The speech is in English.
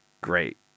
great